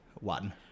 one